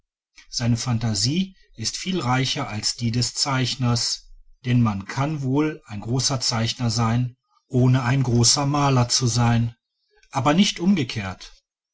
seine phantasie ist viel reicher als die des zeichners denn man kann wohl ein großer zeichner sein ohne ein großer maler zu sein aber nicht umgekehrt